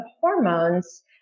hormones